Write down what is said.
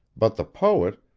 but the poet,